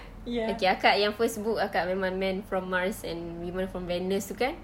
okay akak yang first book akak memang yang men from mars and women from venus itu kan